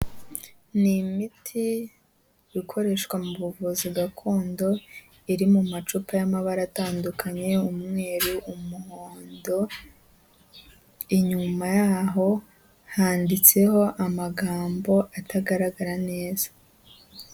Ni imiti ikoreshwa mu buvuzi gakondo iri mu macupa y'amabara atandukanye; umweru, umuhondo. Inyuma yaho handitseho amagambo atagaragara neza.